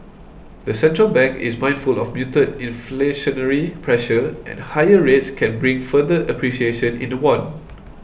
the central bank is mindful of muted inflationary pressure and higher rates can bring further appreciation in the won